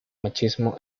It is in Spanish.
machismo